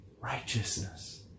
righteousness